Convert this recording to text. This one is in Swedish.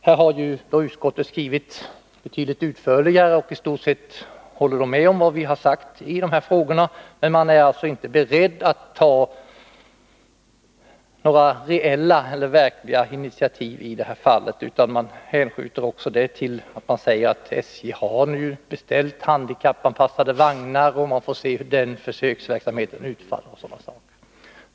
Här har utskottet skrivit betydligt utförligare och i stort sett hållit med om vad vi har sagt i de här frågorna. Man är dock inte beredd att ta några reella initiativ utan hänskjuter frågan till SJ och säger att SJ har beställt handikappanpassade vagnar och att man först får se hur den försöksverksamheten utfaller.